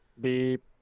Beep